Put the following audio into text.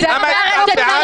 למה את צבועה?